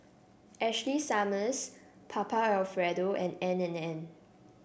Ashley Summers Papa Alfredo and N and N